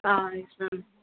ah yes ma'am